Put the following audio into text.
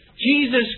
Jesus